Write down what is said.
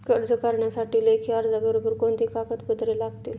कर्ज करण्यासाठी लेखी अर्जाबरोबर कोणती कागदपत्रे लागतील?